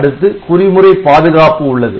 அடுத்து குறிமுறை பாதுகாப்பு உள்ளது